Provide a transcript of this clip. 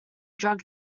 drug